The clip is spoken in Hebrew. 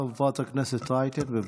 חברת הכנסת רייטן, בבקשה.